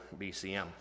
BCM